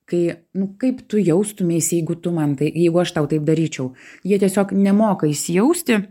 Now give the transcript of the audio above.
kai nu kaip tu jaustumeis jeigu tu man tai jeigu aš tau taip daryčiau jie tiesiog nemoka įsijausti